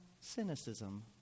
cynicism